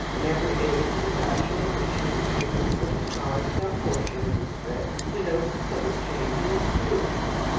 in every age the fashion in which he retains or discards some portion of this dress denotes a subtle change in his feelings.